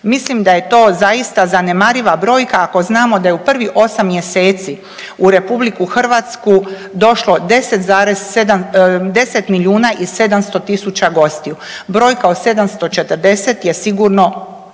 Mislim da je to zaista zanemariva brojka ako znamo da je u prvih 8 mjeseci u Republiku Hrvatsku došlo 10,7 deset milijuna i 700 tisuća gostiju. Brojka od 740 je sigurno